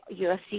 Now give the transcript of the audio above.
UFC